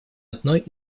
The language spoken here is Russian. одной